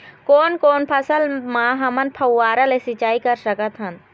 कोन कोन फसल म हमन फव्वारा ले सिचाई कर सकत हन?